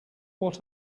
what